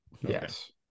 Yes